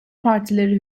partileri